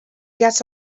get